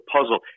puzzle